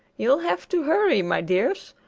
you'll have to hurry, my dears,